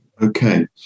Okay